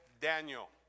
Daniel